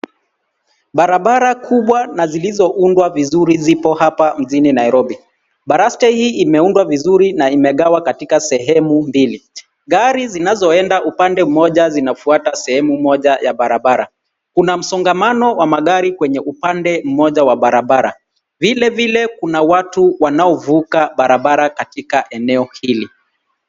Barabara kubwa na zilizoundwa vizuri, zipo hapa mjini Nairobi. Baraste hii imeundwa vizuri na imegawa katika sehemu mbili. Gari zinazoenda upande mmoja, zinafuata sehemu moja ya barabara. Kuna msongamano wa magari kwenye upande mmoja wa barabara. Vilevile kuna watu wanaovuka barabara katika eneo hili.